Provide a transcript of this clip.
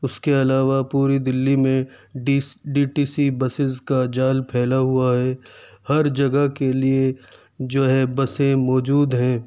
اس کے علاوہ پوری دلی میں ڈس ڈی ٹی سی بسیز کا جال پھیلا ہوا ہے ہر جگہ کے لیے جو ہے بسیں موجود ہیں